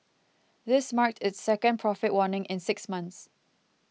this marked its second profit warning in six months